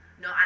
No